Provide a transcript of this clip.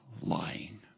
lying